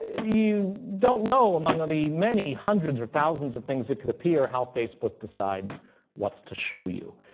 you don't know, among ah the many hundreds or thousands of things that could appear, how facebook decides what's to show you.